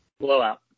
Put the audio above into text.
Blowout